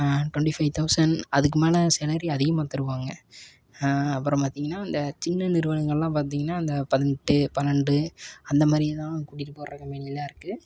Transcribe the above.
twenty five thousand அதுக்கு மேல salary அதிகமாக தருவாங்க அப்புறம் பார்த்திங்கன்னா இந்த சின்ன நிறுவனங்கள்லாம் பார்த்திங்கன்னா அந்த பதினெட்டு பன்னெண்டு அந்த மாதிரி தான் கூட்டிகிட்டு போகிற கம்பெனிலாம் இருக்குது